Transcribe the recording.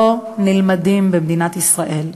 לא נלמדים במדינת ישראל,